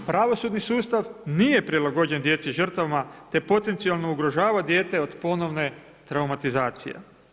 Pravosudni sustav nije prilagođen djeci žrtvama te potencijalno ugrožava dijete od ponovne traumatizacije.